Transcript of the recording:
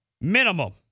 Minimum